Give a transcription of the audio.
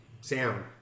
Sam